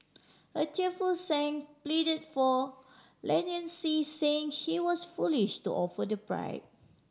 a tearful Sang pleaded for leniency saying he was foolish to offer the bribe